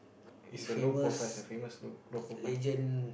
is a low profile is a famous low low profile